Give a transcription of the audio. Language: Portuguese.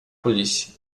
polícia